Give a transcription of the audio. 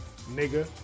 nigga